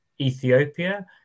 Ethiopia